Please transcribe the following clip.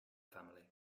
family